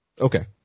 Okay